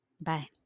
Bye